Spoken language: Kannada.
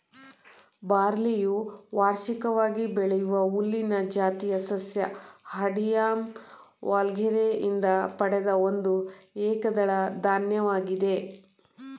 ಬಾರ್ಲಿಯು ವಾರ್ಷಿಕವಾಗಿ ಬೆಳೆಯುವ ಹುಲ್ಲಿನ ಜಾತಿಯ ಸಸ್ಯ ಹಾರ್ಡಿಯಮ್ ವಲ್ಗರೆ ಯಿಂದ ಪಡೆದ ಒಂದು ಏಕದಳ ಧಾನ್ಯವಾಗಿದೆ